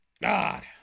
God